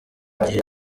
gihe